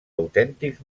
autèntics